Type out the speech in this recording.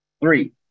three